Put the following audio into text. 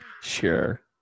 Sure